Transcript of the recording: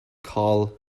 karl